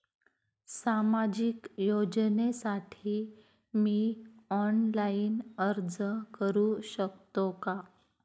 सामाजिक योजनेसाठी मी ऑनलाइन अर्ज करू शकतो का?